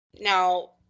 now